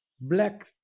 black